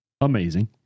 amazing